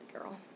girl